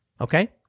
Okay